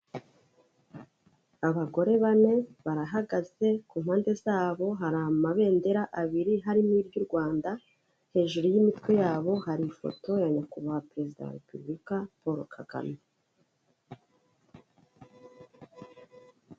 Abagore bane barahagaze, ku mpande zabo hari amabendera abiri harimo iry'u Rwanda, hejuru y'imitwe yabo hari ifoto ya nyakubahwa perezida wa Repubulika Paul Kagame.